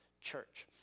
church